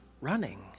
running